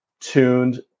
tuned